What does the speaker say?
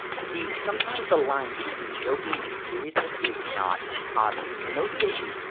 you see, sometimes the line between joking and seriousness is not obvious. in those cases,